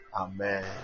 Amen